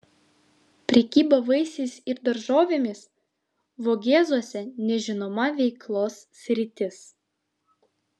prekyba vaisiais ir daržovėmis vogėzuose nežinoma veiklos sritis